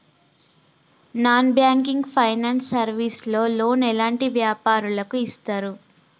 Non banking finance service లో loan ఎలాంటి వ్యాపారులకు ఇస్తరు?